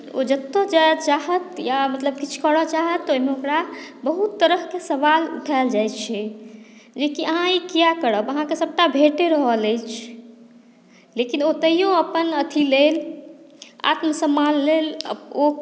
ओ जतय जाय चाहत या मतलब किछु करय चाहत तऽ ओहिमे ओकरा बहुत तरहके सवाल उठाएल जाइत छै जेकि अहाँ ई किया करब अहाँकेँ तऽ सभटा भेटे रहल अछि लेकिन ओ तैयो अपन अथी लेल आत्मसम्मान लेल ओ